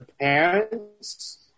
parents